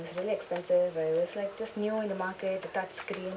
it's really expensive but it was like just new in the market the touch screen